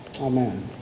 Amen